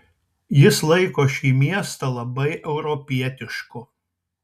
jis laiko šį miestą labai europietišku